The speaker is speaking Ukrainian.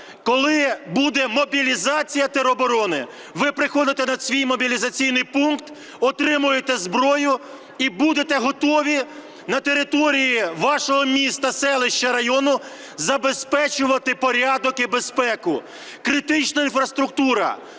Коли буде мобілізація тероборони, ви приходите на свій мобілізаційний пункт, отримуєте зброю і будете готові на території вашого міста, селища, району забезпечувати порядок і безпеку, критичну інфраструктуру: